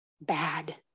bad